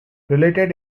related